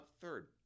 Third